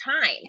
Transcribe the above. time